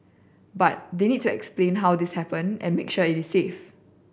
but they need to explain how this happened and make sure it is safe